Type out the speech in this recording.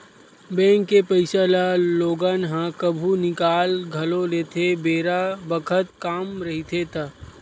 bank के पइसा ल लोगन ह कभु निकाल घलो लेथे बेरा बखत काम रहिथे ता